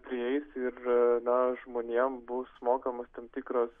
prieis ir na žmonėm bus mokamas tam tikras